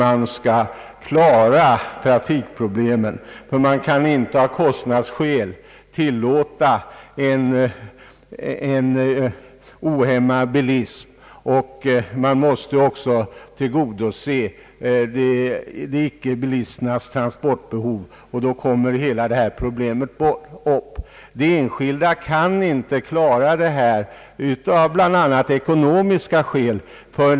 Av kostnadsskäl kan man inte tillåta en ohämmad bilism, och man måste tillgodose även icke-bilisternas trafikbehov. Enskilda företag kan inte klara problemet, bl.a. av ekonomiska skäl.